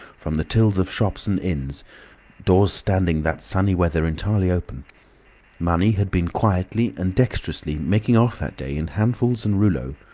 from the tills of shops and inns doors standing that sunny weather entirely open money had been quietly and dexterously making off that day in handfuls and rouleaux,